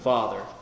Father